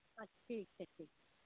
अच्छा ठीक छै ठीक छै